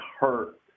hurt